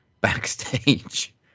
backstage